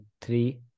three